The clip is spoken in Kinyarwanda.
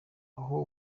aho